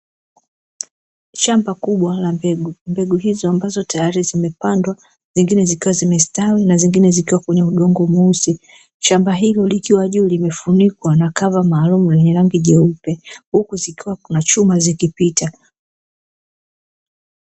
Shamba kubwa la mbegu, mbegu hizo ambazo tayari zimepandwa zingine zikiwa zimestawi na zingine zikiwa kwenye udongo mweusi. Shamba hili likiwa juu limefunikwa na kava maalum lenye rangi jeupe huku zikiwa kuna chuma zikipita.